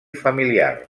familiar